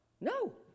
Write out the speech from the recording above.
no